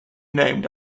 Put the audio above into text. named